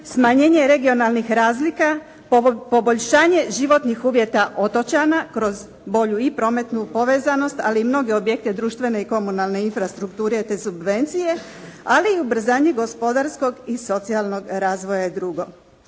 smanjenje regionalnih razlika, poboljšanje životnih uvjeta otočana kroz bolju i prometnu povezanost, ali i mnoge objekte društvene i komunalne infrastrukture te subvencije, ali i ubrzanje gospodarskog i socijalnog razvoja i drugo.